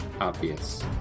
obvious